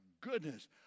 Goodness